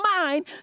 mind